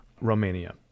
Romania